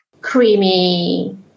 creamy